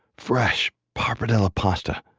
fresh pappardelle pasta.